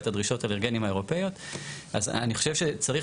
את הדרישות אלרגנים האירופיות - אז אני חושב שצריך